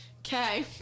Okay